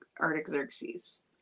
Artaxerxes